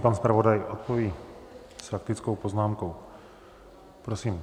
Pan zpravodaj odpoví faktickou poznámkou, prosím.